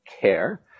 care